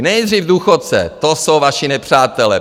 Nejdřív důchodce, to jsou vaši nepřátelé.